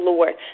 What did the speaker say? Lord